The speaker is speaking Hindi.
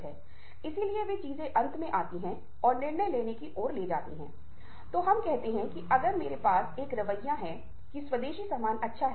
लेकिन निश्चित रूप से एक सच्चाई है की सुनना बहुत महत्वपूर्ण है और हमारे जीवन का बहुत महत्वपूर्ण हिस्सा है